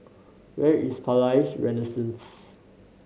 where is Palais Renaissance